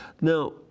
Now